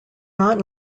not